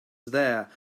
there